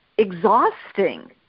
exhausting